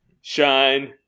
shine